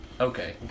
Okay